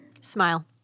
smile